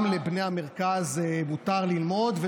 גם לבני המרכז מותר ללמוד,